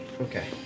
Okay